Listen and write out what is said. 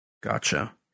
Gotcha